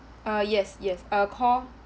ah yes yes uh call